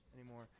anymore